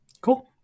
Cool